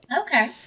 Okay